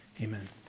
amen